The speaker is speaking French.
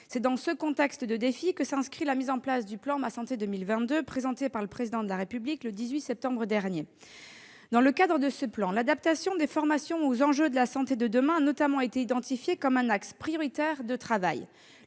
C'est dans ce contexte de défis que s'inscrit la mise en place du plan Ma santé 2022 présenté par le Président de la République, le 18 septembre dernier. Dans le cadre de ce plan, l'adaptation des formations aux enjeux de la santé de demain a notamment été identifiée comme un axe prioritaire de travail.